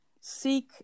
seek